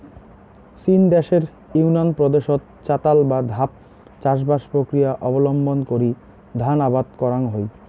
চীন দ্যাশের ইউনান প্রদেশত চাতাল বা ধাপ চাষবাস প্রক্রিয়া অবলম্বন করি ধান আবাদ করাং হই